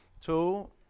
two